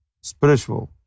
spiritual